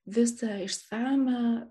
visą išsamią prasidėjo dvidešimt